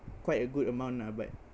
quite a good amount lah but